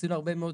עשינו הרבה מאוד.